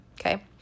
Okay